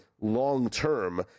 long-term